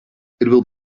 will